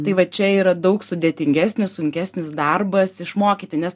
tai va čia yra daug sudėtingesnis sunkesnis darbas išmokyti nes